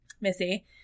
Missy